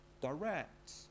direct